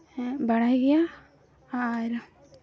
ᱦᱮᱸ ᱵᱟᱲᱟᱭ ᱜᱮᱭᱟ ᱟᱨ